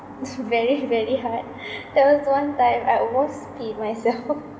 very very hard there was one time I almost peed myself